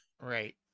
Right